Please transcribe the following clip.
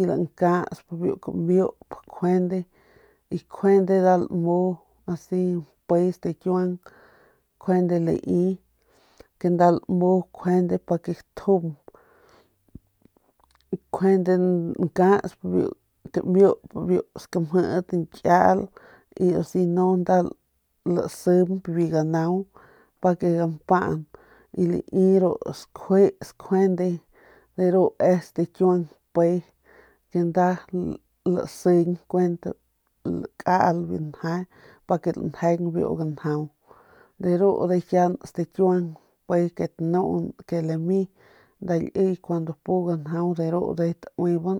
y lankasp biu kamiup y asi kjuende nda lamu mpe stikiuang kjuende lai ke nda lamu pa ke gatjump nkjuande lankasp biu kamiup biu skamjit nkial u si no nda laseñp biu ganau pa ke gampan y lai ru skjuis nkjuande de ru ndujuy stikiuang mpe nda lasiñ nkjuende biu nje pa ke lanjeng biu ganjau de ru ndujuy stikiuang mpe ke tanun ke lami nda liy kun pu ganjau de ru ndujuy tauiban.